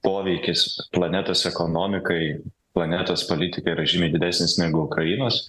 poveikis planetos ekonomikai planetos politikai yra žymiai didesnis negu ukrainos